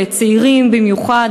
לצעירים במיוחד.